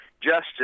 justice